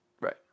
right